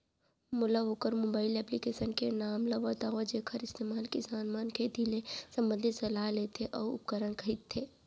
मोला वोकर mobile application के नाम ल बतावव जेखर इस्तेमाल किसान मन खेती ले संबंधित सलाह लेथे अऊ उपकरण खरीदथे?